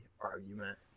argument